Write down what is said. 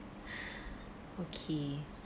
okay